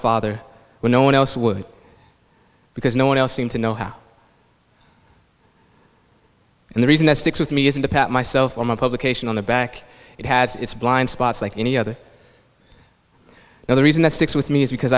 when no one else would because no one else seemed to know how and the reason that sticks with me isn't to pat myself on the publication on the back it has its blind spots like any other now the reason that sticks with me is because